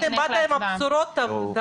אם באת עם בשורות דבר.